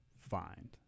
find